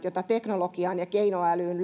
joita teknologiaan ja keinoälyyn